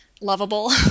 lovable